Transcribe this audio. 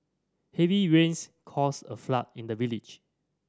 heavy rains caused a flood in the village